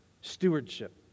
Stewardship